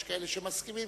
יש כאלה שמסכימים,